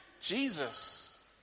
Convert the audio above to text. Jesus